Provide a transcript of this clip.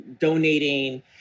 donating